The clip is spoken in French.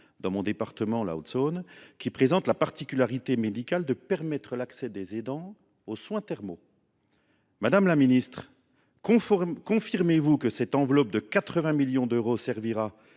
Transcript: dans le département de la Haute Saône, qui présente la particularité médicale de permettre l’accès des aidants aux soins thermaux. Madame la ministre, confirmez vous que cette enveloppe de 80 millions d’euros servira